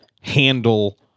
handle